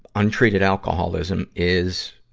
untreated alcoholism is,